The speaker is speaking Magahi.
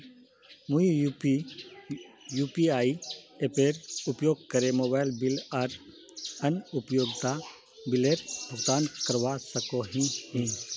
मुई यू.पी.आई एपेर उपयोग करे मोबाइल बिल आर अन्य उपयोगिता बिलेर भुगतान करवा सको ही